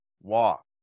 walk